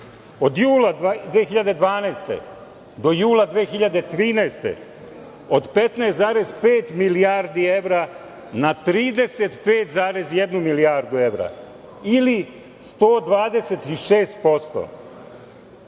Od jula 2012. do jula 2013. godine od 15,5 milijardi evra na 35,1 milijardu evra ili 126%.Kad